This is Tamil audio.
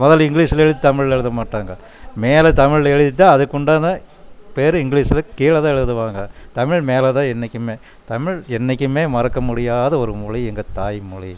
முதல்ல இங்கிலீஷ்ல எழுதி தமிழ்ல எழுதமாட்டாங்க மேலே தமிழ்ல எழுதித்தான் அதுக்குண்டான பேரை இங்கிலீஷ்ல கீழேதான் எழுதுவாங்க தமிழ் மேலேதான் என்றைக்குமே தமிழ் என்றைக்குமே மறக்கமுடியாத ஒரு மொழி எங்கள் தாய்மொழி